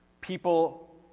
people